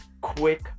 quick